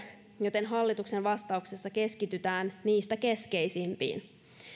joten hallituksen vastauksessa keskitytään niistä keskeisimpiin